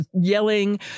yelling